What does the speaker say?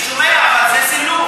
אני שומע, אבל זה סילוף.